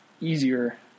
easier